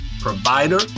provider